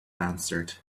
answered